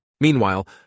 Meanwhile